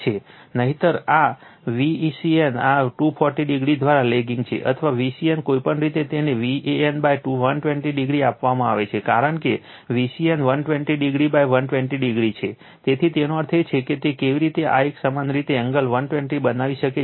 નહિંતર આ Vcn આ 240 o દ્વારા લેગિંગ છે અથવા Vcn કોઈપણ રીતે તેનેVan120 o આપવામાં આવે છે કારણ કે Vcn 120 o120 o છે તેથી તેનો અર્થ એ છે કે તેવી જ રીતે આ એક સમાન રીતે એંગલ 120o બનાવી શકે છે